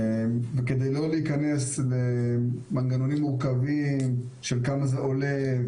וכדי לא להיכנס למנגנונים מורכבים של כמה זה עולה,